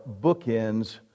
bookends